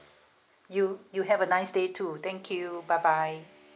you you have a nice day too thank you bye bye